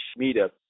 meetup